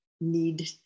need